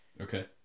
okay